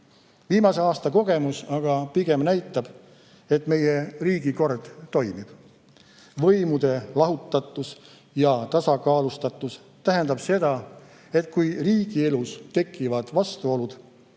Viimase aasta kogemus aga pigem näitab, et meie riigikord toimib. Võimude lahutatus ja tasakaalustatus tähendab seda, et kui riigielus tekivad vastuolud,